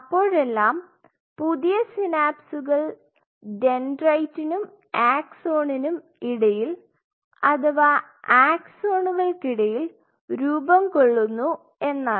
അപ്പോഴെല്ലാം പുതിയ സിനാപ്സുകൾ ഡെൻഡ്രൈറ്റിനും ആക്സോണിനും ഇടയിൽ അഥവാ ആക്സോണുകൾക്ക് ഇടയിൽ രൂപം കൊള്ളുന്നു എന്നാണ്